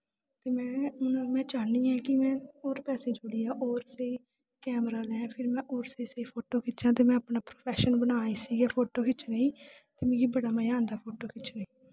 में मतलब में चाह्न्नी ऐं कि होर पैसे जोड़ियै होर स्हेई कैमरा लैं फिर में होर स्हेई स्हेई फोटो खिच्चां ते में अपना प्रोफैशन बनांऽ इस्सी गै फोटो खिच्चने गी ते मिगी बड़ा मजा आंदा फोटो खिच्चने गी